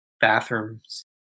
bathrooms